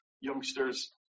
youngsters